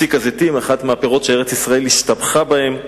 מסיק הזיתים, אחד מהפירות שארץ-ישראל השתבחה בהם.